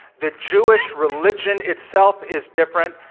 the jewish religion itself is different.